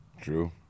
true